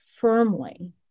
firmly